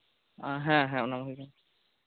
ᱚ ᱦᱮᱸ ᱦᱮᱸ